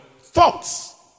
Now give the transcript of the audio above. thoughts